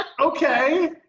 Okay